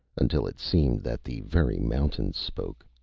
until it seemed that the very mountains spoke.